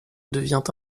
devient